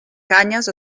canyes